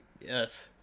yes